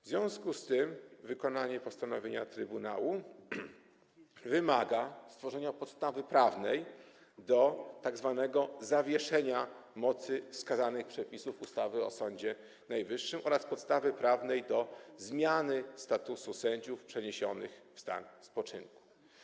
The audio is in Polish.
W związku z tym wykonanie postanowienia Trybunału wymaga stworzenia podstawy prawnej do tzw. zawieszenia mocy wskazanych przepisów ustawy o Sądzie Najwyższym oraz podstawy prawnej do zmiany statusu sędziów przeniesionych w stan spoczynku.